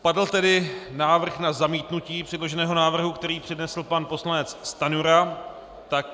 Padl tedy návrh na zamítnutí předloženého návrhu, který přednesl pan poslanec Stanjura.